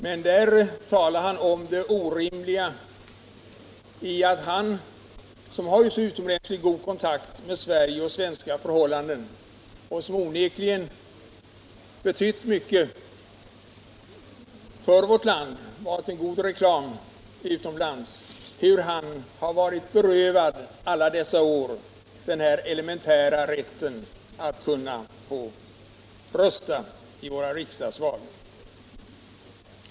Agne Hamrin framhåller i artikeln det orimliga i att han, som alltid haft så utomordentligt god kontakt med Sverige och svenska förhållanden — han har f. ö. onekligen betytt mycket för vårt land och varit en god reklam för Sverige utomlands — under alla dessa år har varit berövad den elementära rätten att få rösta vid våra riksdagsval.